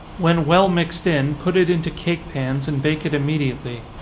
when well mixed in, put it into cake pans, and bake it immediately.